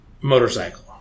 motorcycle